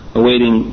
awaiting